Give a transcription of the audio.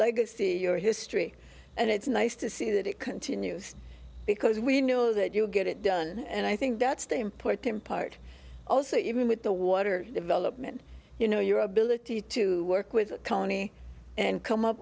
legacy your history and it's nice to see that it continues because we know that you get it done and i think that's the important part also even with the water development you know your ability to work with tony and come up